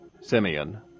Simeon